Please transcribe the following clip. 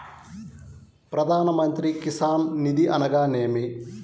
ప్రధాన మంత్రి కిసాన్ నిధి అనగా నేమి?